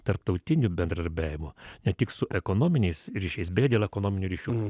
tarptautiniu bendradarbiavimu ne tik su ekonominiais ryšiais beje dėl ekonominių ryšių